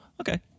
okay